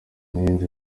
nirinze